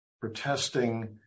protesting